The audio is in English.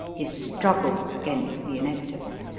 his struggles against the inevitable?